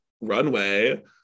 runway